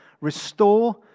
restore